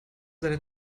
seine